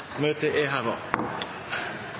Møtet er